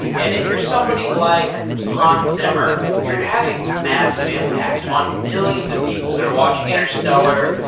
and if you're somebody like hans zimmer, you're having massive impact on millions of people. they're watching interstellar,